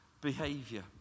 behavior